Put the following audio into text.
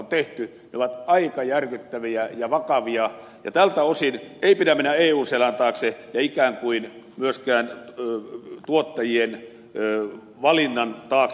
ne ovat aika järkyttäviä ja vakavia ja tältä osin ei pidä mennä eun selän taakse ja ikään kuin myöskään tuottajien valinnan taakse